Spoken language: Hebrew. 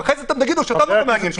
ואחרי זה תגידו שאותנו מעניינות ההפגנות.